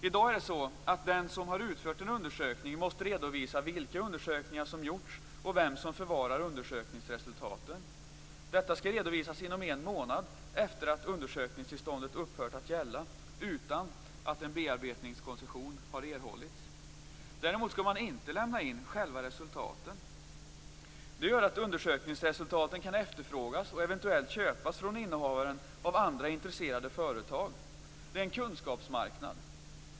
I dag måste den som utfört en undersökning redovisa vilka undersökningar som gjorts och vem som förvarar undersökningsresultaten. Detta skall redovisas inom en månad efter att undersökningstillståndet upphört att gälla utan att en bearbetningskoncession har erhållits. Däremot skall man inte lämna in själva resultaten. Det gör att dessa kan efterfrågas och eventuellt köpas från innehavaren av andra intresserade företag. Det är en kunskapsmarknad.